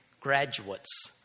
graduates